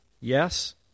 yes